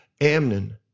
Amnon